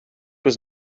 was